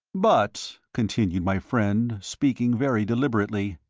but, continued my friend, speaking very deliberately,